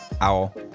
owl